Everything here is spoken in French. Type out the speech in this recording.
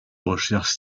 recherche